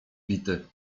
bity